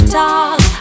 talk